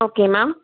okay ma'am